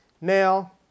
Now